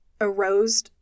arose